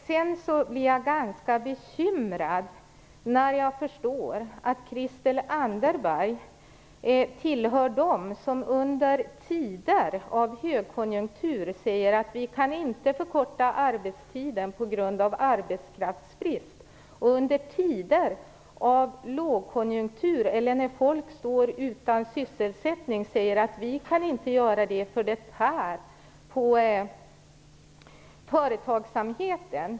Jag blir ganska bekymrad när jag förstår att Christel Anderberg tillhör dem som under tider av högkonjunktur säger att vi inte kan förkorta arbetstiden på grund av arbetskraftsbrist och som under tider av lågkonjunktur eller när folk står utan sysselsättning säger att vi inte kan förkorta arbetstiden därför att det tär på företagsamheten.